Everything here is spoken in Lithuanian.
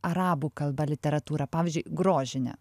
arabų kalba literatūrą pavyzdžiui grožinę